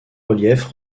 reliefs